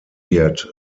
wird